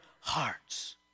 hearts